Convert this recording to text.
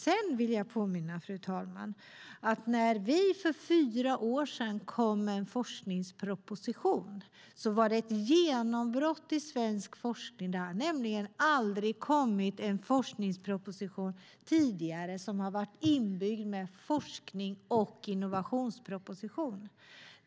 Sedan vill jag påminna, fru talman, om att när vi för fyra år sedan lade fram en forskningsproposition var det ett genombrott i svensk forskning. Det hade aldrig tidigare lagts fram en forskningsproposition där det var inbyggt både en forskningsproposition och en innovationsproposition.